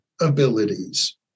abilities